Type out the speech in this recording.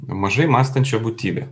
mažai mąstančia būtybe